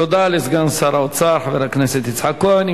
תודה לסגן שר האוצר, חבר הכנסת יצחק כהן.